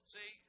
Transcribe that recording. See